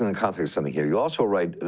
and context um here. you also write,